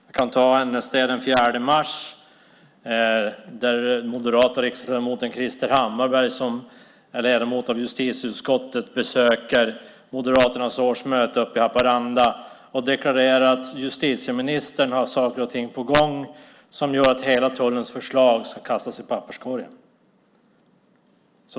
I NSD den 4 mars framgår det att den moderate riksdagsledamoten Krister Hammarbergh, ledamot av justitieutskottet, besökte Moderaternas årsmöte i Haparanda. Han deklarerade att justitieministern hade saker och ting på gång som gör att hela tullens förslag ska kastas i papperskorgen.